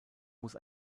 muss